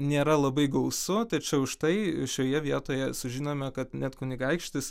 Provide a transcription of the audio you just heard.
nėra labai gausu tačiau štai šioje vietoje sužinome kad net kunigaikštis